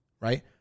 Right